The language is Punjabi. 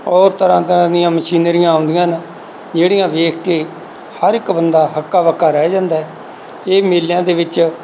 ਉਹ ਤਰ੍ਹਾਂ ਤਰ੍ਹਾਂ ਦੀਆਂ ਮਸ਼ੀਨਰੀਆਂ ਆਉਂਦੀਆਂ ਨੇ ਜਿਹੜੀਆਂ ਵੇਖ ਕੇ ਹਰ ਇੱਕ ਬੰਦਾ ਹੱਕਾ ਬੱਕਾ ਰਹਿ ਜਾਂਦਾ ਇਹ ਮੇਲਿਆਂ ਦੇ ਵਿੱਚ